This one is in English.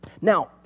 Now